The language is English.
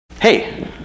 Hey